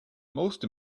most